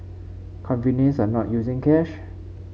convenience of not using cash